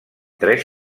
tres